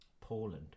Poland